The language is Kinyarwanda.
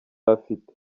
afite